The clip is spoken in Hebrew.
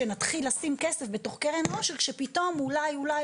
שנתחיל לשים כסף בתוך קרן העושר כשפתאום אולי אולי